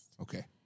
Okay